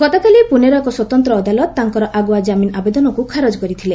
ଗତକାଲି ପୁନେର ଏକ ସ୍ୱତନ୍ତ୍ର ଅଦାଲତ ତାଙ୍କର ଆଗୁଆ ଜାମିନ୍ ଆବେଦନକୁ ଖାରଜ କରିଥିଲେ